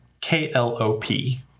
K-L-O-P